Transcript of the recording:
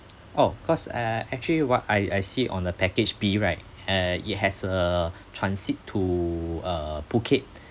oh cause uh actually what I I see on the package B right uh it has a transit to uh phuket